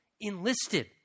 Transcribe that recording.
enlisted